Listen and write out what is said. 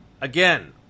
again